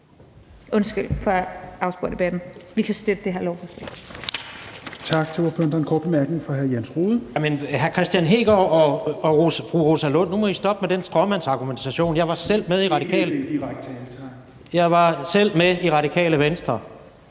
Undskyld for at afspore debatten. Men vi kan støtte det her lovforslag.